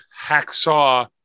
Hacksaw